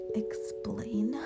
explain